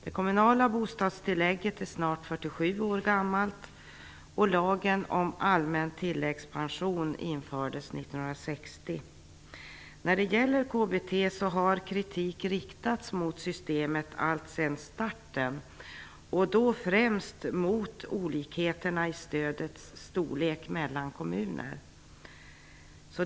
Det kommunala bostadstillägget är snart 47 år gammalt, och lagen om allmän tilläggspension infördes 1960. När det gäller KBT har kritik riktats mot systemet alltsedan starten, och då främst mot olikheterna mellan kommuner vad gäller stödets storlek.